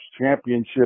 championship